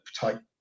type